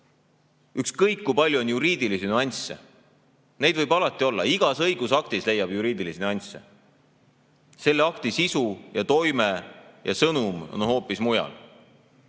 ükskõik kui palju on juriidilisi nüansse – neid võib alati olla, igas õigusaktis leiab juriidilisi nüansse –, selle akti sisu ja toime ja sõnum on hoopis mujal.